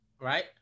right